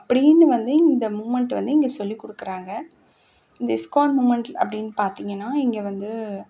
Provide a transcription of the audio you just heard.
அப்படின்னு வந்து இந்த மூமெண்ட் வந்து இங்கே சொல்லிக் கொடுக்குறாங்க இந்த இஸ்கான் மூமெண்ட் அப்படின்னு பார்த்தீங்கன்னா இங்கே வந்து